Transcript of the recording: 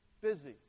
busy